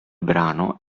brano